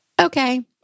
okay